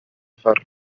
far